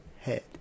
Head